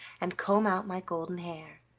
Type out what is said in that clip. and comb out my golden hair.